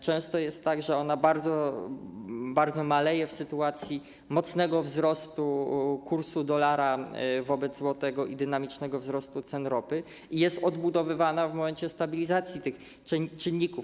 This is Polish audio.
Często jest tak, że ona bardzo maleje w sytuacji mocnego wzrostu kursu dolara wobec złotego i dynamicznego wzrostu cen ropy i jest odbudowywana w momencie stabilizacji tych czynników.